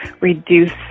reduce